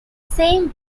same